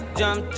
jump